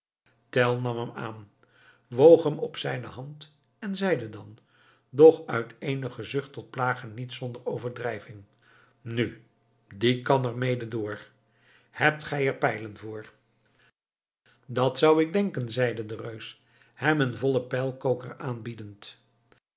tell nam hem aan woog hem op zijne hand en zeide dan doch uit eenige zucht tot plagen niet zonder overdrijving nu die kan er mede door hebt gij er pijlen voor dat zou ik denken zeide de reus hem een vollen pijlkoker aanbiedend